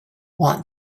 want